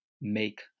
make